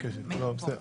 פרוש.